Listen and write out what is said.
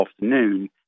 afternoon